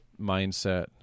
mindset